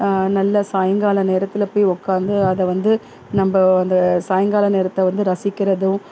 நல்லா சாய்ங்கால நேரத்தில் போய் உட்காந்து அதை வந்து நம்ம அந்த சாய்ங்கால நேரத்தை வந்து ரசிக்கிறதும்